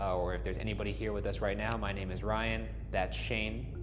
or if there's anybody here with us right now. my name is ryan, that's shane.